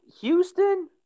Houston